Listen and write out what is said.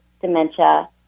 dementia